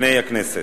בפני הכנסת.